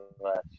last